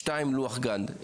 שתיים, לוח גאנט.